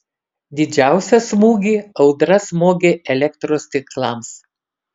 didžiausią smūgį audra smogė elektros tinklams